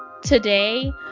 today